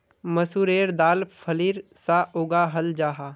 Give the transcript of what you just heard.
मसूरेर दाल फलीर सा उगाहल जाहा